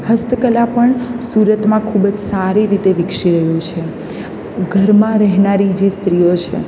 હસ્તકલા પણ સુરતમાં ખૂબ જ સારી રીતે વિકસી રહ્યું છે ઘરમાં રહેનારી જે સ્ત્રીઓ છે